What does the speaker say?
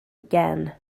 again